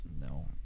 No